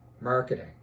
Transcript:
marketing